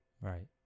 right